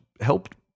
helped